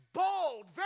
bold